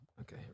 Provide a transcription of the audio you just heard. Okay